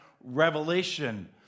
revelation